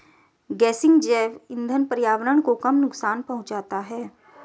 गेसिंग जैव इंधन पर्यावरण को कम नुकसान पहुंचाता है